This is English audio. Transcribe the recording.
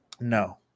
No